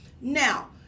Now